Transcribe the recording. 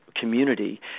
community